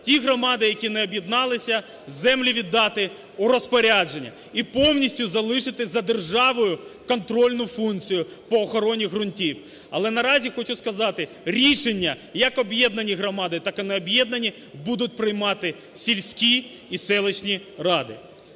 Ті громади, які не об'єдналися, землі віддати у розпорядження, і повністю залишити за державою контрольну функцію по охороні ґрунтів. Але наразі хочу сказати, рішення як об'єднані громади, так і необ'єднані будуть приймати сільські і селищні ради.